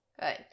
Good